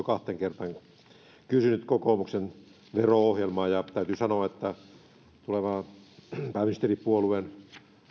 kahteen kertaan kysynyt kokoomuksen vero ohjelmaa ja täytyy sanoa että tulevan pääministeripuolueen